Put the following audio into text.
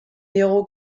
diogu